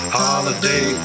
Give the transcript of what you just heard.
holiday